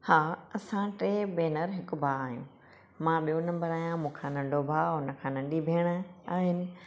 हा असां टे भेनर हिकु भाउ आहियूं मां ॿियो नंबरु आहियां मूंखा नंढो भाउ हुन खां नंढी भेण आहिनि